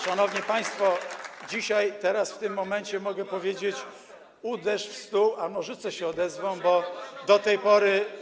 Szanowni państwo, dzisiaj, teraz, w tym momencie mogę powiedzieć: uderz w stół, a nożyce się odezwą, bo do tej pory.